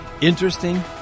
Interesting